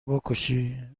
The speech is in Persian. بکشی